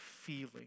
feeling